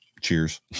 cheers